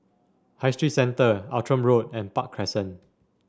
High Street Centre Outram Road and Park Crescent